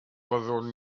fyddwn